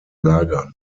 lagern